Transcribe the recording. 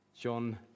John